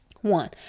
one